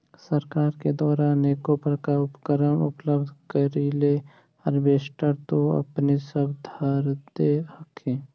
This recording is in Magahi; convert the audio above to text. सरकार के द्वारा अनेको प्रकार उपकरण उपलब्ध करिले हारबेसटर तो अपने सब धरदे हखिन?